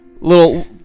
little